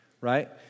right